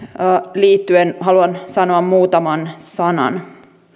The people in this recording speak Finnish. liittyen haluan sanoa muutaman sanan